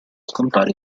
scontare